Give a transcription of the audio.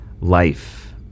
life